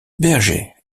berger